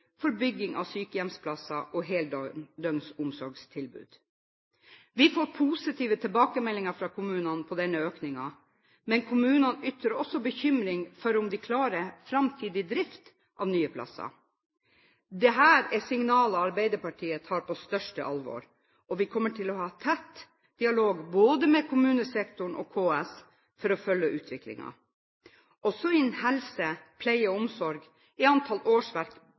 for bygging av sykehjemsplasser og heldøgns omsorgstilbud. Vi får positive tilbakemeldinger fra kommunene på denne økningen, men kommunene ytrer også bekymring for om de klarer framtidig drift av nye plasser. Dette er signaler som Arbeiderpartiet tar på største alvor, og vi kommer til å ha tett dialog både med kommunesektoren og KS for å følge utviklingen. Også innen helse, pleie og omsorg er antall årsverk